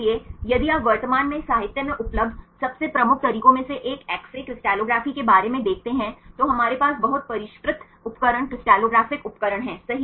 इसलिए यदि आप वर्तमान में साहित्य में उपलब्ध सबसे प्रमुख तरीकों में से एक एक्स रे क्रिस्टलोग्राफी के बारे में देखते हैं तो हमारे पास बहुत परिष्कृत उपकरण क्रिस्टलोग्राफिक उपकरण हैं सही